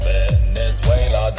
Venezuela